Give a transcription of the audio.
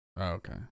Okay